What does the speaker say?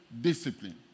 discipline